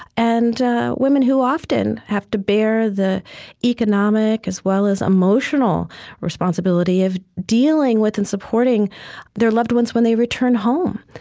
and women who often have to bear the economic as well as emotional responsibility of dealing with and supporting their loved ones when they return home.